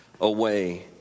away